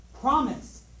promise